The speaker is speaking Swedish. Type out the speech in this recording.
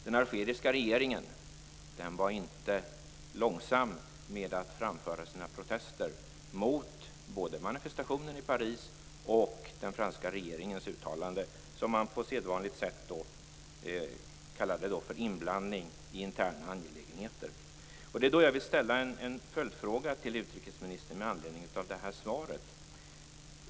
Den algeriska regeringen var inte långsam med att framföra sina protester mot både manifestationen i Paris och den franska regeringens uttalande som man på sedvanligt sätt kallade för inblandning i interna angelägenheter. Då vill jag ställa en följdfråga till utrikesministern med anledning av svaret.